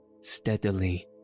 Steadily